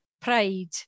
pride